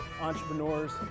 entrepreneurs